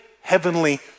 heavenly